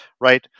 right